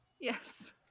yes